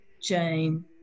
Jane